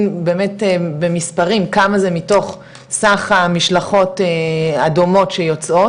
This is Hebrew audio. באמת במספרים כמה זה מתוך סך המשלחות הדומות שיוצאות,